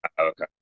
Okay